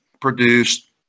produced